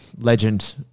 legend